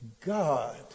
God